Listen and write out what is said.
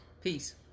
Peace